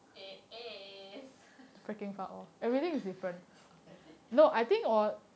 it is it's opposite